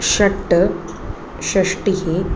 षट् षष्टिः